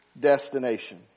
destination